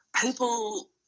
people